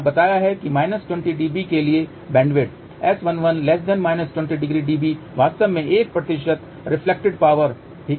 S11 20 dB वास्तव में 1 reflected power ठीक है